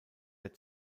der